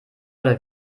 oder